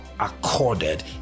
Accorded